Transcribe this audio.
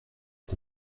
est